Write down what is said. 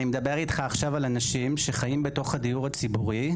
אני מדבר איתך עכשיו על אנשים שחיים כבר בתוך הדיור הציבורי.